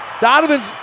Donovan's